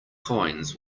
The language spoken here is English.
coins